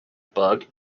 bug